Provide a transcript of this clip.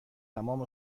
تمام